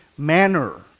manner